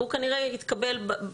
והוא כנראה יגיע,